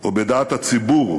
או בדעת הציבור.